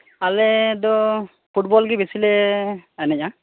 ᱟᱞᱮ ᱫᱚ ᱯᱷᱩᱴᱵᱚᱞ ᱜᱮ ᱵᱮᱥᱤᱞᱮ ᱮᱱᱮᱡᱼᱟ